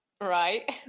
Right